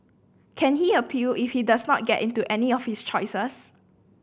can he appeal if he does not get into any of his choices